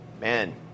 man